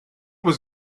was